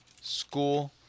school